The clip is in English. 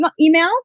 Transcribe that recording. email